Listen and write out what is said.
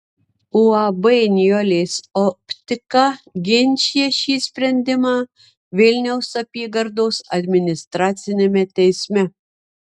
uab nijolės optika ginčija šį sprendimą vilniaus apygardos administraciniame teisme